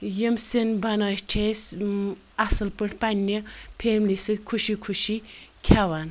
یِم سِینۍ بَنٲیِتھ چھِ أسۍ اَصٕل پٲٹھۍ پَنٛنہِ فیملی سٟتۍ خوشی خوشی کھؠوان